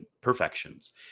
perfections